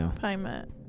payment